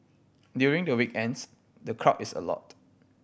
during the weekends the crowd is a lot